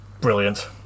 brilliant